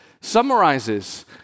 summarizes